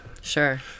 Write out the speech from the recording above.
Sure